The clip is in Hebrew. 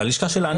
ללשכה שלנו